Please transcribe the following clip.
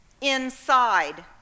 inside